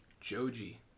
Joji